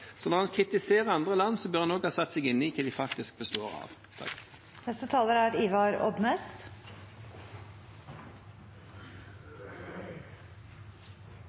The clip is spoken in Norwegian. Når en kritiserer andre land, bør en også ha satt seg inn i hva det faktisk består